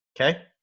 Okay